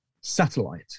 satellite